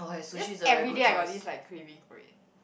just everyday I got this like craving for it